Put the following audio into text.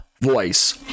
voice